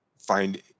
find